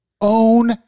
own